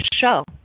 show